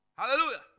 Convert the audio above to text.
Hallelujah